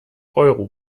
euro